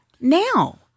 now